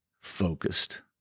focused